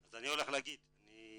אני עומד לומר את זה.